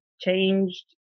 changed